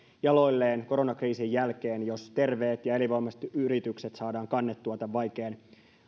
jaloilleen koronakriisin jälkeen jos terveet ja elinvoimaiset yritykset saadaan kannettua tämän vaikean